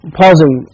pausing